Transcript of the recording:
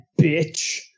bitch